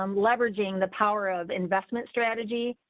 um leveraging the power of investment strategy.